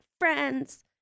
friends